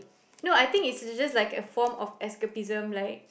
no I think it's just like a form of escapism like